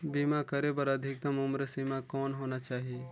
बीमा करे बर अधिकतम उम्र सीमा कौन होना चाही?